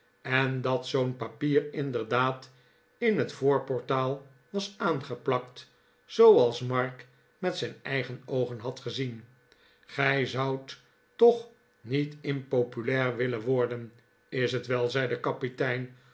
en dat zoo'n papier inderdaad in het voorportaal was aangeplakt zooals mark met zijn eigen oogen had gezien gij zoudt toch niet impopulair willen worden is t wel zei de kapitein